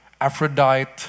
Aphrodite